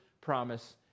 promise